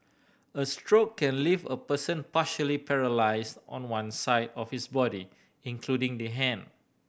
a stroke can leave a person partially paralysed on one side of his body including the hand